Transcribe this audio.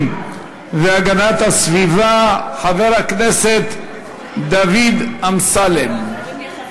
והגנת הסביבה חבר הכנסת דוד אמסלם.